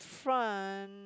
front